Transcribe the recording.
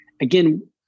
again